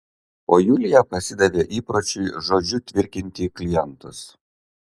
o julija pasidavė įpročiui žodžiu tvirkinti klientus